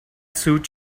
suit